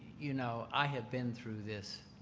you know, i have been through this